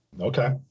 Okay